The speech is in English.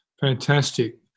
Fantastic